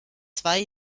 zwei